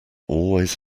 always